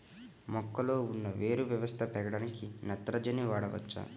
మొక్కలో ఉన్న వేరు వ్యవస్థ పెరగడానికి నత్రజని వాడవచ్చా?